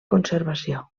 conservació